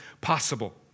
possible